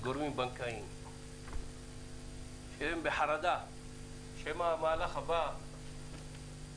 מגורמים בנקאיים שהם בחרדה שמא המהלך הבא